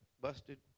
busted